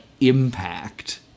Impact